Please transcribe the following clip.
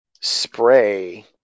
spray